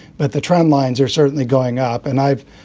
but the trend lines are certainly going up. and i've,